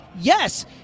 yes